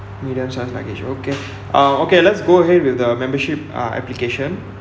medium sized luggage okay uh okay let's go ahead with the membership uh application